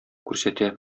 күрсәтә